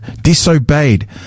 disobeyed